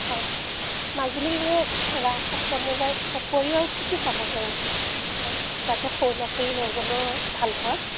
হয় মাজুলীৰ এনেই ৰাস উদযাপনৰ উপৰিও অৰু কি কি চাব পাৰিম ধৰক যাতে সৰু ল'ৰা ছোৱালী লৈ গ'লেও ভালপোৱা